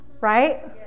right